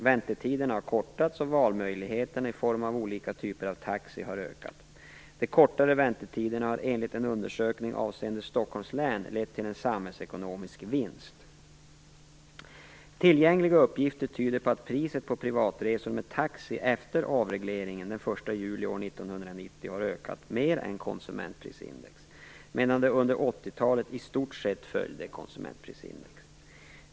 Väntetiderna har kortats och valmöjligheterna i form av olika typer av taxi har ökat. De kortade väntetiderna har enligt en undersökning avseende Stockholms län lett till en samhällsekonomisk vinst. Tillgängliga uppgifter tyder på att priset på privatresor med taxi efter avregleringen den 1 juli år 1990 har ökat mer än konsumentprisindex , medan det under 1980-talet i stort sett följde KPI.